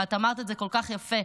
ואת אמרת את זה כל כך יפה: